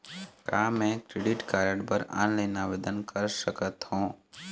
का मैं credit card बर ऑनलाइन आवेदन कर सकथों?